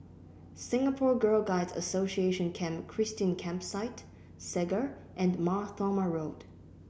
Singapore Girl Guides Association Camp Christine Campsite Segar and Mar Thoma Road